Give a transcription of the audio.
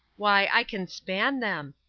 why, i can span them!